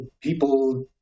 people